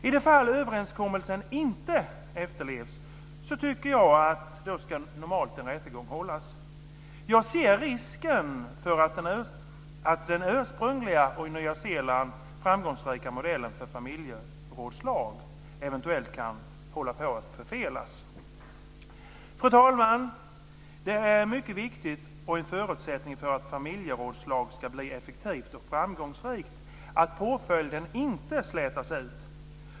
I det fall överenskommelsen inte efterlevs så tycker jag att en rättegång normalt ska hållas. Jag ser risken för att den ursprungliga och i Nya Zeeland framgångsrika modellen för familjerådslag eventuellt kan hålla på att förfelas. Fru talman! Det är mycket viktigt, och en förutsättning för att familjerådslag ska bli effektiva och framgångsrika, att påföljden inte slätas ut.